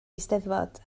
eisteddfod